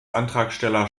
antragsteller